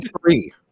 three